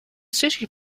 sushi